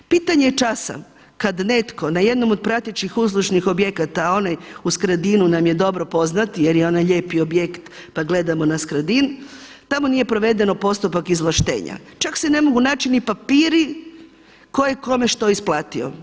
Pitanje časa kada netko na jednom od pratećih uslužnih objekata, a onaj u Skradinu nam je dobro poznat jer je onaj lijepi objekt pa gledamo na Skradin, tamo nije proveden postupak izvlaštenja, čak se ne mogu naći ni papiri tko je kome što isplatio.